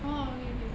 orh okay okay